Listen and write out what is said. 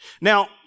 Now